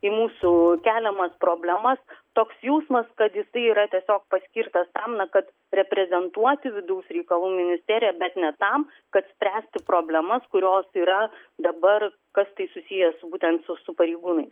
į mūsų keliamas problemas toks jausmas kad jis yra tiesiog paskirtas tam na kad reprezentuoti vidaus reikalų ministeriją bet ne tam kad spręsti problemas kurios yra dabar kas tai susiję su būtent su su pareigūnais